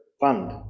Fund